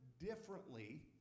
differently